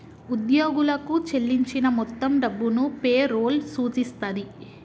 ఉద్యోగులకు చెల్లించిన మొత్తం డబ్బును పే రోల్ సూచిస్తది